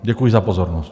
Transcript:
Děkuji za pozornost.